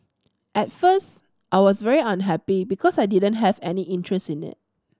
at first I was very unhappy because I didn't have any interest in it